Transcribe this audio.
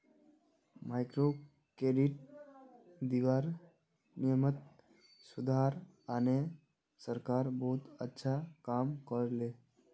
microcredit दीबार नियमत सुधार आने सरकार बहुत अच्छा काम कर ले